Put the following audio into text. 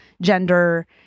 gender